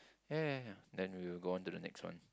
ya ya ya then we will go on to the next one